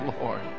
Lord